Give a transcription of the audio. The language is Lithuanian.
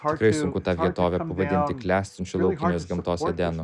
tikrai sunku tą vietovę pavadinti klestinčiu laukinės gamtos edenu